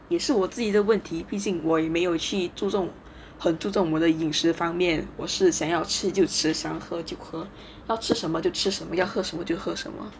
也是我自己的问题毕竟我也没有去注重很注重我的饮食方面我是想要吃就吃想喝就喝什么要吃什么就吃什么要喝什么就喝什么